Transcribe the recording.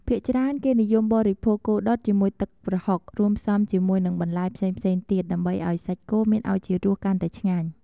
ភាគច្រើន គេនិយមបរិភោគគោដុតជាមួយទឹកប្រហុក រួមផ្សំជាមួយនឹងបន្លែផ្សេងៗទៀត ដើម្បីឱ្យសាច់គោមានឱជារសកាន់តែឆ្ងាញ់។